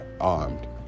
armed